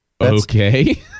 Okay